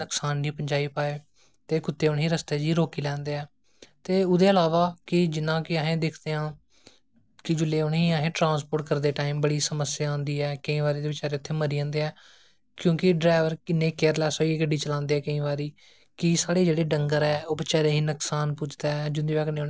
ते हूं ते किन्नी गै उंदे उनें लोकें दी उंदे लोकें उप्पर किन्ना गर्व करदे ना कि ओहबी लोक साढ़ी सोसाइटी च हैन ते में में तुंदे सामने तुसें गी सनाना चाहन्नी आं कि जियां साढ़े बजुर्ग लोक हे जियां साढ़े पैहले जमाने दे तुस लाई लैओ सा़े बजुर्ग जेहड़ी औरतां ही जेहड़ी साढ़ी दादी परदादियां हियां